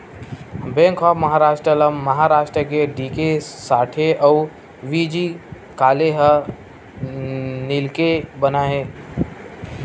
bank of Maharashtra ल महारास्ट के D K Sathe अउ व्ही.जी काले ह मिलके बनाए हे